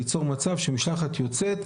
ליצור מצב שמלשחת יוצאת,